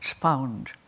found